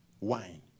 wine